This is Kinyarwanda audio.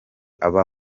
aba